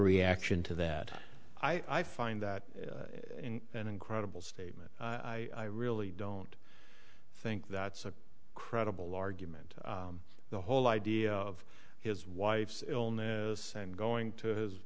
reaction to that i find that in an incredible statement i really don't think that's a credible argument the whole idea of his wife's illness and going to his